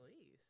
please